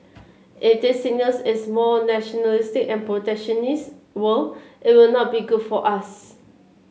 if this signals is more nationalistic and protectionist world it will not be good for us